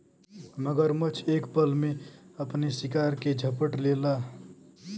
मगरमच्छ एक पल में अपने शिकार के झपट लेला